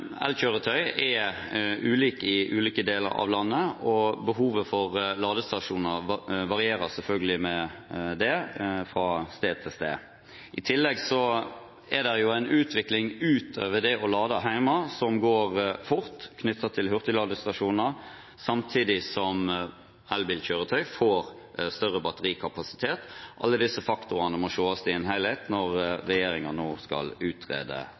elkjøretøy er ulik i ulike deler av landet, og behovet for ladestasjoner varierer selvfølgelig med det fra sted til sted. I tillegg er det utover det å lade hjemme en utvikling som går fort når det gjelder hurtigladestasjoner samtidig som elbilkjøretøy får større batterikapasitet. Alle disse faktorene må ses i en helhet når regjeringen nå skal utrede